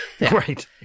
right